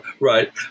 Right